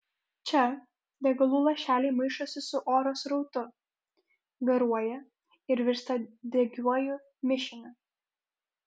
čia degalų lašeliai maišosi su oro srautu garuoja ir virsta degiuoju mišiniu